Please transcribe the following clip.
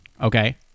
Okay